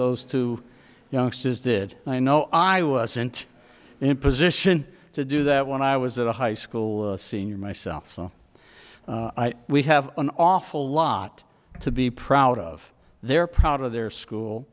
those two youngsters did i know i wasn't in position to do that when i was a high school senior myself so we have an awful lot to be proud of their proud of their school